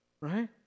Right